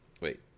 wait